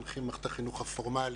מחנכים במערכת החינוך הפורמלית,